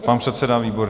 Pan předseda Výborný.